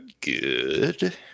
good